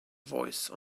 voice